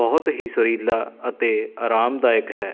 ਬਹੁਤ ਹੀ ਸੁਰੀਲਾ ਅਤੇ ਆਰਾਮਦਾਇਕ ਹੈ